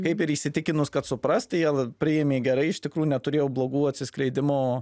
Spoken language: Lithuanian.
kaip ir įsitikinus kad suprast tai jie priėmė gerai iš tikrų neturėjau blogų atsiskleidimo